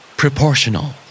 proportional